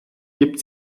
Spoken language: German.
gibt